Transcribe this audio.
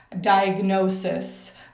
diagnosis